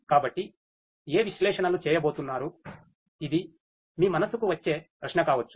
కాబట్టి ఏ విశ్లేషణలు చేయబోతున్నారు ఇది మీ మనసుకు వచ్చే ప్రశ్న కావచ్చు